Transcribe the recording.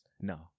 No